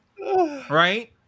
right